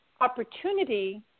opportunity